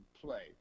play